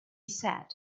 said